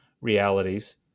realities